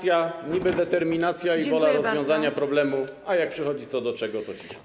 Jest niby determinacja i wola rozwiązania problemu, a jak przychodzi co do czego, to cisza.